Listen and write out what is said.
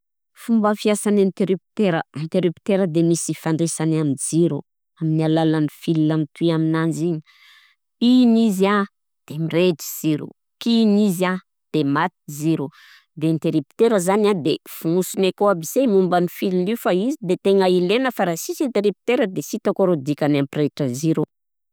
Fomba fiasan'ny intérrupteura, intérrupteura de misy ifandraisana amin'ny jiro amin'ny alalan'ny fil mitohy ananjy igny: pihin'izy an de mirehitry ziro, pihin'izy an de maty ziro, de intérrupteur zany an de fognosiny akao aby se momban'ny fil i fa izy de tegna ilaina fa raha sisy intérrupteur de sy hitako rô dikany ampirehitra ziro.